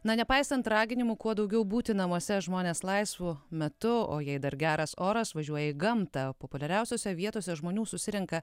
na nepaisant raginimų kuo daugiau būti namuose žmonės laisvu metu o jei dar geras oras važiuoja į gamtą populiariausiose vietose žmonių susirenka